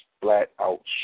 flat-out